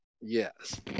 Yes